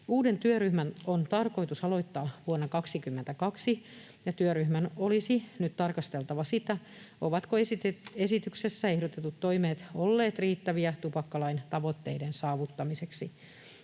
Uuden työryhmän on tarkoitus aloittaa vuonna 22, ja työryhmän olisi nyt tarkasteltava sitä, ovatko esityksessä ehdotetut toimet olleet riittäviä tupakkalain tavoitteiden saavuttamiseksi.